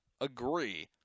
agree